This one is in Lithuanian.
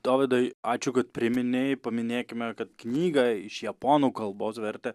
dovydai ačiū kad priminei paminėkime kad knygą iš japonų kalbos vertė